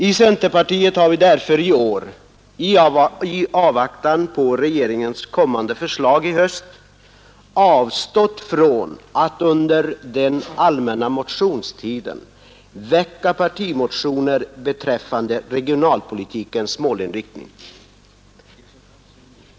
I centerpartiet har vi därför i vår i avvaktan på regeringens kommande förslag i höst avstått från att under den allmänna motionstiden väcka partimotioner beträffande regionalpolitikens målinriktning.